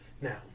Now